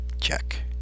check